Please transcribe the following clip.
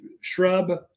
shrub